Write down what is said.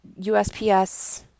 USPS